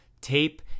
tape